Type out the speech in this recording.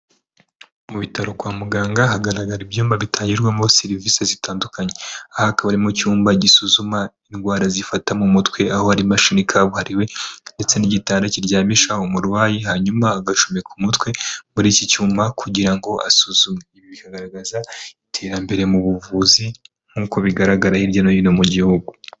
Mu bitaro kwa muganga hagaragara ibyumba bitangirwamo serivisi zitandukanye, hakabamo icyuma gisuzuma indwara zifata mu mutwe aho imashini kabuhariwe ndetse n'igitanda kiryamishwaho umurwayi hanyuma agacomeka umutwe muri iki cyuma kugira ngo asuzume, ibi bikagaragaza iterambere mu buvuzi nk'uko bigaragara hirya no hino mu gihugu.